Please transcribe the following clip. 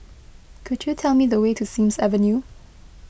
could you tell me the way to Sims Avenue